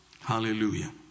hallelujah